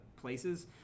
places